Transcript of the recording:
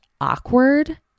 awkward